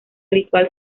ritual